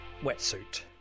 wetsuit